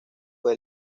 fue